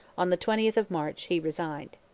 on the twentieth of march, he resigned.